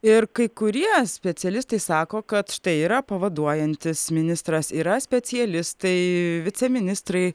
ir kai kurie specialistai sako kad štai yra pavaduojantis ministras yra specialistai viceministrai